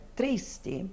tristi